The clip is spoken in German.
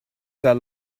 der